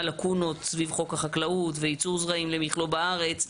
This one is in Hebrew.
לקונות סביב חוק החקלאות וייצור זרעים למלוא בארץ.